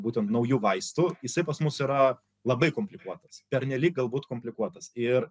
būtent naujų vaistų jisai pas mus yra labai komplikuotas pernelyg galbūt komplikuotas ir